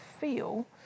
feel